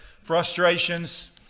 frustrations